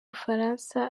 bufaransa